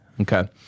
Okay